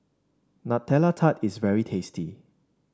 Nutella Tart is very tasty